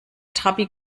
trabi